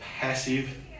passive